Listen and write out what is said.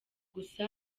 gusa